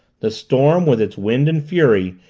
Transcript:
the storm, with its wind and fury,